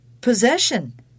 possession